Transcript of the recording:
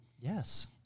Yes